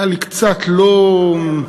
היה לי קצת לא,